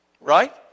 Right